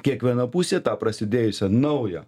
kiekviena pusė tą prasidėjusią naują